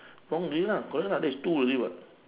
wrong already lah correct lah that's two already [what]